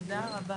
תודה.